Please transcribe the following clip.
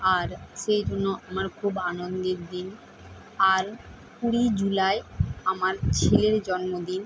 আর সেইগুলো আমার খুব আনন্দের দিন আর কুড়ি জুলাই আমার ছেলের জন্মদিন